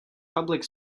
public